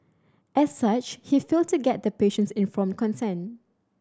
as such he failed to get the patient's informed consent